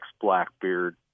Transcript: Blackbeard